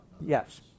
Yes